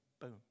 boom